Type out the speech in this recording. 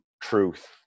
truth